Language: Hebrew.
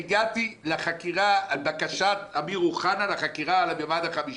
והגעתי לחקירה על בקשת אמיר אוחנה לחקירה על הממד החמישי.